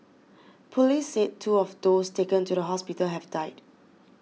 police said two of those taken to the hospital have died